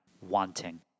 Wanting